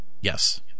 Yes